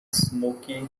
smokey